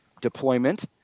Deployment